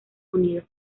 unidos